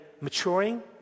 maturing